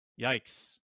yikes